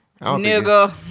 Nigga